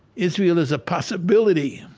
israel is a possibility